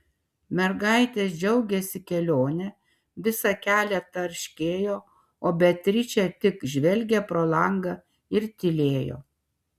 mergaitės džiaugėsi kelione visą kelią tarškėjo o beatričė tik žvelgė pro langą ir tylėjo